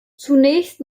zunächst